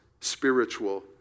spiritual